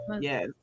Yes